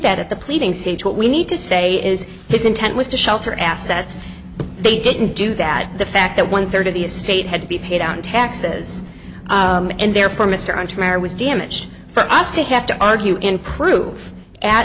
that at the pleading seach what we need to say is his intent was to shelter assets but they didn't do that the fact that one third of the estate had to be paid out in taxes and therefore mr on tomorrow was damage for us to have to argue in proof at